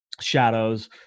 shadows